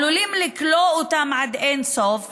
שעלולים לכלוא אותם עד אין-סוף,